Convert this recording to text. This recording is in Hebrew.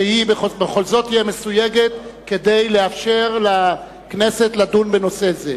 שהיא בכל זאת תהיה מסויגת כדי לאפשר לכנסת לדון בנושא זה.